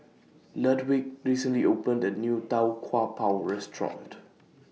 Ludwig recently opened A New Tau Kwa Pau Restaurant